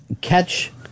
Catch